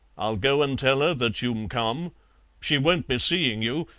i'll go and tell her that you'm come she won't be seeing you,